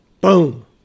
Boom